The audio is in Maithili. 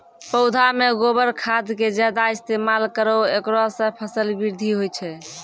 पौधा मे गोबर खाद के ज्यादा इस्तेमाल करौ ऐकरा से फसल बृद्धि होय छै?